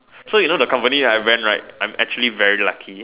so you the company that I went right I'm actually very lucky